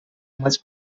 much